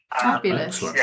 Fabulous